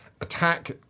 attack